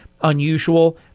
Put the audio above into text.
unusual